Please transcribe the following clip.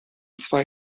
zwei